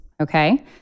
okay